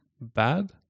bad